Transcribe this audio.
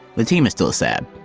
the team is still a sad.